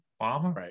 Right